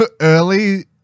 early